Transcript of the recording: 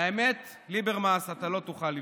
מהאמת, ליברמס, אתה לא תוכל לברוח.